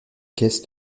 caisses